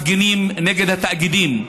מפגינים נגד התאגידים.